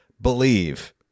believe